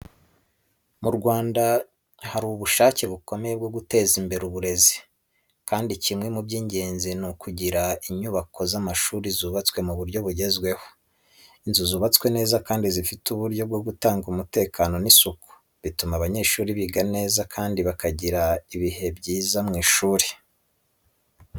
Mu Rwanda, hari ubushake bukomeye bwo guteza imbere uburezi, kandi kimwe mu by’ingenzi ni ukugira inyubako z’amashuri zubatswe mu buryo bugezweho. Inzu zubatswe neza kandi zifite uburyo bwo gutanga umutekano n’isuku, bituma abanyeshuri biga neza kandi bakagira ibihe byiza mu ishuri.